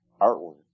artwork